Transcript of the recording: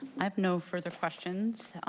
have no further questions.